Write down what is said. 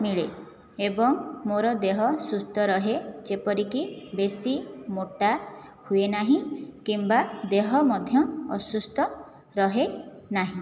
ମିଳେ ଏବଂ ମୋ'ର ଦେହ ସୁସ୍ଥ ରହେ ଯେପରିକି ବେଶୀ ମୋଟା ହୁଏ ନାହିଁ କିମ୍ବା ଦେହ ମଧ୍ୟ ଅସୁସ୍ଥ ରହେ ନାହିଁ